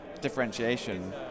differentiation